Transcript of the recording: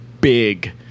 big